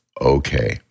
Okay